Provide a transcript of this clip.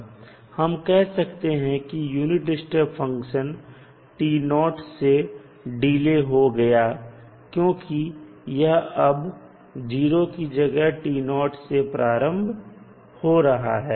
हम कह सकते हैं की यूनिट स्टेप फंक्शन से डिले हो गया क्योंकि यह अब 0 की जगह से प्रारंभ हो रहा है